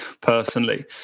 personally